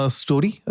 story